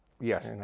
Yes